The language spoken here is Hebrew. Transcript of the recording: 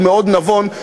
שהוא מאוד נבון,